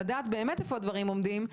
לדעת באמת איפה הדברים עומדים,